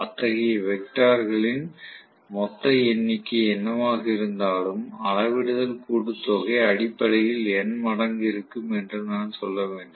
அத்தகைய வெக்டர்களின் மொத்த எண்ணிக்கை என்னவாக இருந்தாலும் அளவிடுதல் கூட்டுதொகை அடிப்படையில் n மடங்கு இருக்கும் என்று நான் சொல்ல வேண்டும்